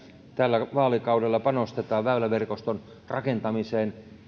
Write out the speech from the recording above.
tällä vaalikaudella panostetaan väyläverkoston rakentamiseen